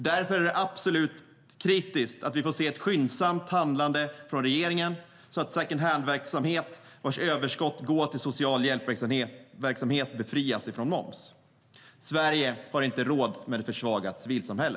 Därför är det absolut nödvändigt att vi får se ett skyndsamt handlande från regeringen så att den second hand-verksamhet vars överskott går till social hjälpverksamhet befrias från moms. Sverige har inte råd med ett försvagat civilsamhälle.